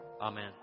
Amen